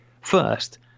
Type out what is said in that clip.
First